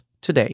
today